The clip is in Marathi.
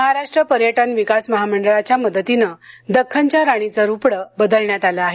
महाराष्ट्र पर्यटन विकास महामंडळाच्या मदतीने दक्खनच्या राणीच रुपडं बदलण्यात आलं आहे